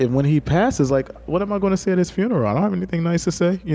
and when he passes, like what am i gonna say at his funeral? i don't have anything nice to say. yeah